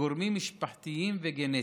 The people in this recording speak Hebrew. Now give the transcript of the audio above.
גורמים משפחתיים וגנטיים.